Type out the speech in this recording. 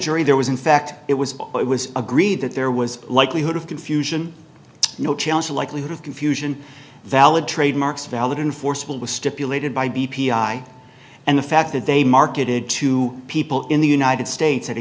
jury there was in fact it was it was agreed that there was a likelihood of confusion no chance a likelihood of confusion valid trademarks valid enforceable was stipulated by b p i and the fact that they marketed to people in the united states